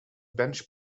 bench